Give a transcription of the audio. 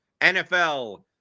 NFL